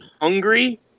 hungry